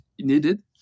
needed